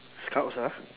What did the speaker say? scouts ah